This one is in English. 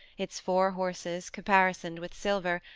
its four horses, caparisoned with silver,